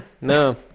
no